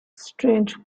strange